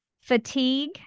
fatigue